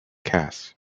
cass